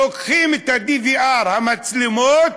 לוקחים את ה-DVR, המצלמות,